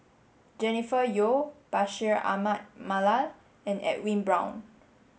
Jennifer Yeo Bashir Ahmad Mallal and Edwin Brown